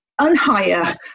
unhire